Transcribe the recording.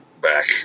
back